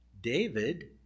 David